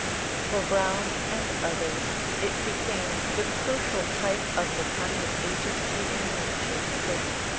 for browne and others it became the crucial type of the kind of agency in nature which,